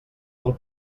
del